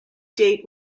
date